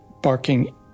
barking